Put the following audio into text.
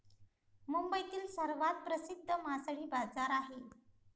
मुंबईतील सर्वात प्रसिद्ध मासळी बाजार आहे